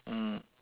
mm